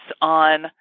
on